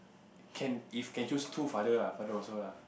can if can choose two father lah father also lah